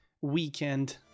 weekend